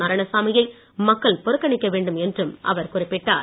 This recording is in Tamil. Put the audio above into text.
நாராயணசாமி யை மக்கள் புறக்கணிக்க வேண்டும் என்றும் அவர் குறிப்பிட்டார்